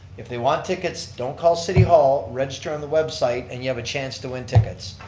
if they want tickets, don't call city hall, register on the website and you have a chance to win tickets.